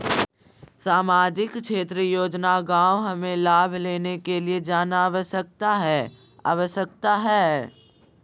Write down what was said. सामाजिक क्षेत्र योजना गांव हमें लाभ लेने के लिए जाना आवश्यकता है आवश्यकता है?